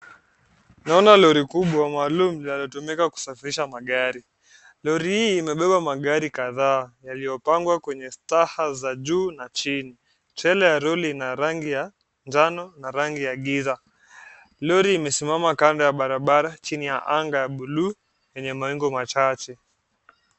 Naona lori kubwa maalum linatumika kusafirisha magari. Lori hii imebeba magari kadhaa yaliyopangwa kwenye staha za juu na chini. Trela ya lori ina rangi ya njano na rangi ya giza. Lori imesimama kanda ya barabara chini ya anga ya blue yenye mawingu machache.